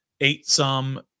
eight-some